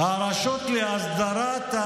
הרשות להסדרה.